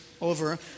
over